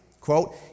Quote